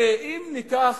ואם ניקח,